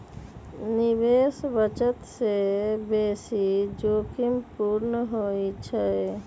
निवेश बचत से बेशी जोखिम पूर्ण होइ छइ